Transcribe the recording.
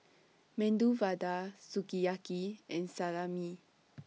Medu Vada Sukiyaki and Salami